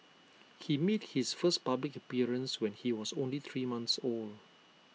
he made his first public appearance when he was only three month old